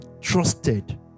trusted